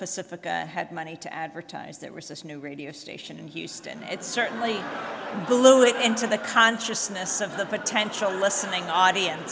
pacifica had money to advertise that rhesus new radio station in houston it certainly blew it into the consciousness of the potential listening audience